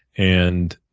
and